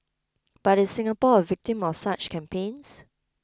but is Singapore a victim of such campaigns